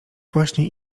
właśnie